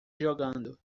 jogando